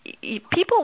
people